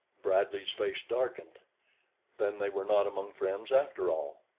bradley's face darkened then they were not among friends after all.